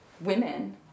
women